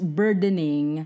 burdening